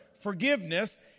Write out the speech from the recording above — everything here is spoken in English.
forgiveness